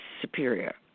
superior